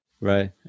Right